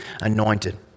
anointed